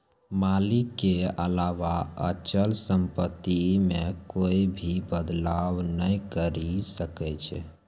मालिक के अलावा अचल सम्पत्ति मे कोए भी बदलाव नै करी सकै छै